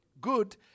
good